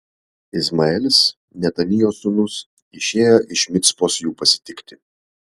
izmaelis netanijo sūnus išėjo iš micpos jų pasitikti